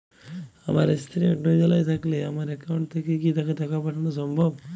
আমার স্ত্রী অন্য জেলায় থাকলে আমার অ্যাকাউন্ট থেকে কি তাকে টাকা পাঠানো সম্ভব?